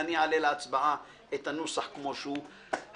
אני אעלה להצבעה את הנוסח כפי שהוא,